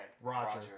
Roger